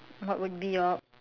what would be your